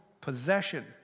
possession